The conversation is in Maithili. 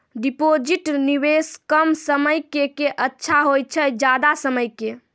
डिपॉजिट निवेश कम समय के के अच्छा होय छै ज्यादा समय के?